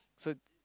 so